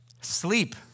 Sleep